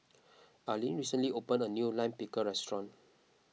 Aline recently opened a new Lime Pickle restaurant